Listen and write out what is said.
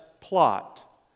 plot